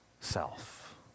self